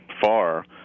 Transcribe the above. far